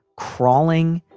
crawling,